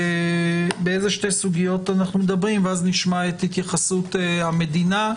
באילו שתי סוגיות אנו מדברים ואז נשמע התייחסות המדינה,